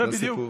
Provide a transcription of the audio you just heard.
זה בדיוק.